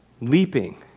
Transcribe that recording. Leaping